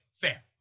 fair